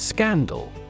Scandal